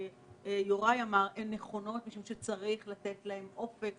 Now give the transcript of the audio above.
הן נכונות משום שצריך לתת להם אופק,